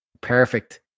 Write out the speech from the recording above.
perfect